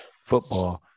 football